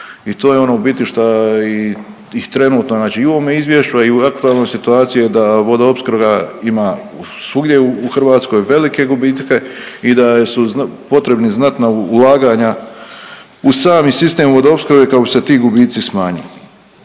i to je ono u biti šta i, i trenutno znači i u ovome izvješću, a i u aktualnoj situaciji je da vodoopskrba ima svugdje u Hrvatskoj velike gubitke i da su potrebni znatna ulaganja u sami sistem vodoopskrbe kako bi se ti gubici smanjili.